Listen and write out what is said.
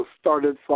started